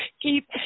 keep